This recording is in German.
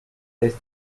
das